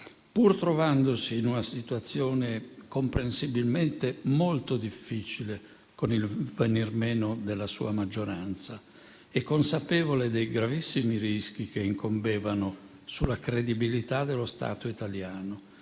pur trovandosi in una situazione comprensibilmente molto difficile, con il venir meno della sua maggioranza e consapevole dei gravissimi rischi che incombevano sulla credibilità dello Stato italiano,